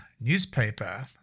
newspaper